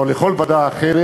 או לכל ועדה אחרת,